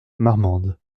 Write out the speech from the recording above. marmande